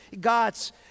God's